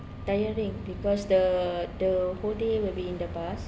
tiring because the the whole day will be in the bus